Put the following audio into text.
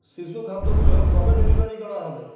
শিশু খাদ্যগুলো কবে ডেলিভারি করা হবে